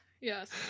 yes